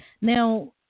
Now